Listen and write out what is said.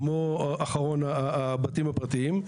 כמו אחרון הבתים הפרטיים.